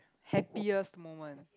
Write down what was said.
happiest moment